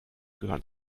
gehören